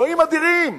אלוהים אדירים.